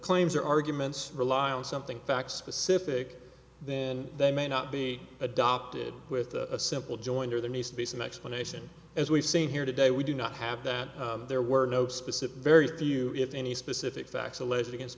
claims are arguments rely on something fact specific then they may not be adopted with a simple jointer there needs to be some explanation as we've seen here today we do not have that there were no specific very few if any specific facts alleged against